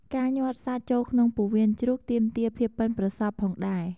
ការញាត់សាច់ ចូលក្នុងពោះវៀនជ្រូកទាមទារភាពប៉ិនប្រសប់ផងដែរ។